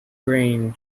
green